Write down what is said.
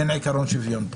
אין את עיקרון השוויון פה.